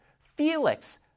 Felix